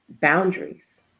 boundaries